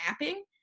mapping